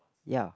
ya